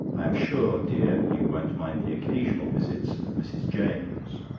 i am sure, dear, you won't mind the occasional visits of mrs. james,